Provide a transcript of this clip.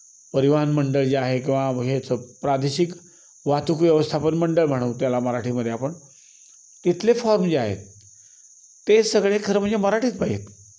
परिवहन मंडळ जे आहे किंवा हेच प्रादेशिक वाहतूक व्यवस्थापन मंडळ म्हणू त्याला मराठीमध्ये आपण तिथले फॉर्म जे आहेत ते सगळे खरं म्हणजे मराठीत पाहिजे आहेत